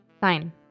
Fine